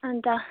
अन्त